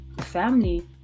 family